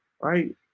Right